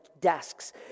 desks